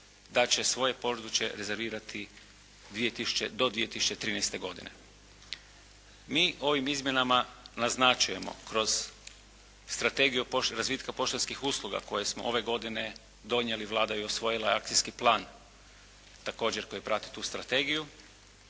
da će svoje područje rezervirati do 2013. godine. Mi ovim izmjenama naznačujemo kroz strategiju razvitka poštanskih usluga koje smo ove godine donijeli, Vlada je i usvojila akcijski plan također koji prati tu strategiju,